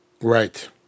Right